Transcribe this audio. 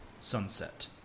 Sunset